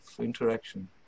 interaction